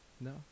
No